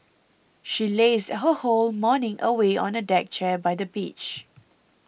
she lazed her whole morning away on a deck chair by the beach